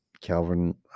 Calvin